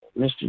Mr